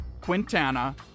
Quintana